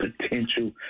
potential